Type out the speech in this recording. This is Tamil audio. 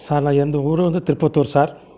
சார் நான் எந்த ஊர் வந்து திருப்பத்தூர் சார்